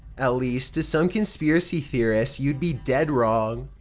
at least, to some conspiracy theorists, you'd be dead wrong.